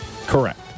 Correct